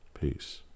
Peace